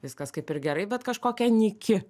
viskas kaip ir gerai bet kažkokia nyki